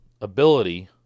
ability